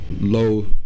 low